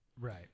right